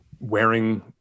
wearing